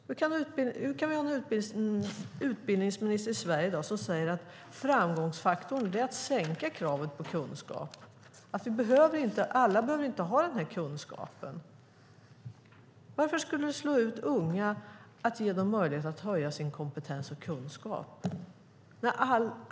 Hur kan vi ha en utbildningsminister i Sverige i dag som säger att framgångsfaktorn är att sänka kravet på kunskap? Alla behöver inte ha denna kunskap, menar han. Varför skulle det slå ut unga om man ger dem möjlighet att höja sin kompetens och kunskap?